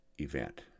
event